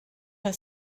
her